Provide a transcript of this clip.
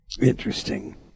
Interesting